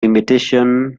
imitation